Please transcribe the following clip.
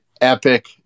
epic